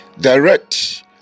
Direct